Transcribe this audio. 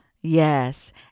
Yes